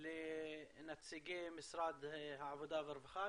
לנציגי משרד העבודה והרווחה.